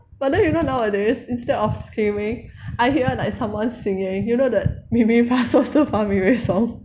but then you know nowadays instead of screaming I hear like someone singing you know the mi mi fa so so fa mi re song